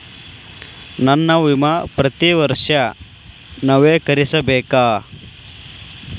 ನನ್ನ ವಿಮಾ ಪ್ರತಿ ವರ್ಷಾ ನವೇಕರಿಸಬೇಕಾ?